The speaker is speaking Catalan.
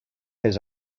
els